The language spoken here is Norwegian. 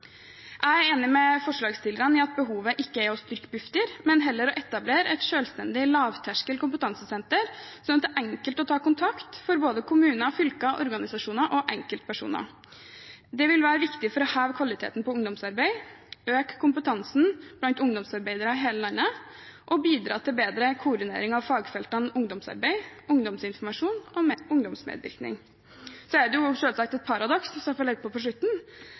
Jeg er enig med forslagsstillerne i at behovet ikke er å styrke Bufdir, men heller å etablere et selvstendig, lavterskel kompetansesenter, sånn at det er enkelt å ta kontakt for både kommuner, fylker, organisasjoner og enkeltpersoner. Det vil være viktig for å heve kvaliteten på ungdomsarbeid, øke kompetansen blant ungdomsarbeidere i hele landet og bidra til bedre koordinering av fagfeltene ungdomsarbeid, ungdomsinformasjon og ungdomsmedvirkning. Om jeg får legge til til slutt: Det er selvsagt et paradoks